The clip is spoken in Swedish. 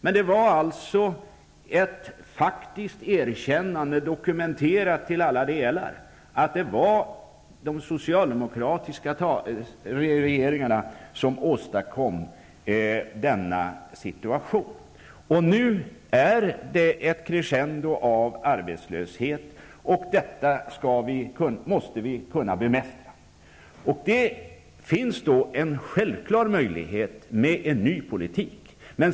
Men det var alltså ett faktiskt erkännande, dokumenterat till alla delar, att det var den socialdemokratiska regeringarna som åstadkom denna situation. Nu är det crescendo av arbetslöshet. Detta måste vi kunna bemästra. Det finns då en självklar möjlighet med en ny politik.